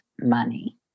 money